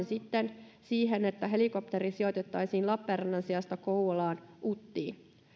sitten siihen että helikopteri sijoitettaisiin lappeenrannan sijasta kouvolaan uttiin